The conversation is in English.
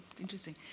Interesting